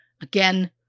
Again